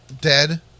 dead